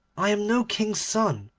i am no king's son,